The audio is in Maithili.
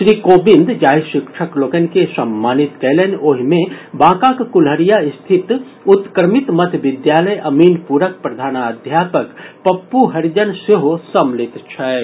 श्री कोविंद जाहि शिक्षक लोकनि के सम्मानित कयलनि ओहि मे बांकाक कुल्हड़िया स्थित उत्क्रमित मध्य विद्यालय अमीनपुरक प्रधानाध्यापक पप्पू हरिजन सेहो सम्मिलित छथि